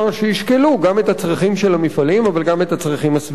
שישקלו גם את הצרכים של המפעלים אבל גם את הצרכים הסביבתיים.